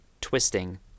twisting